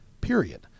period